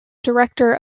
director